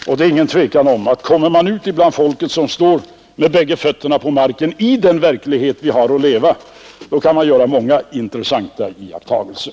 Och det är inget tvivel om att när man kommer ut till folket, som står med båda fötterna på marken i den verklighet vi har att leva i, så kan man göra många intressanta iakttagelser.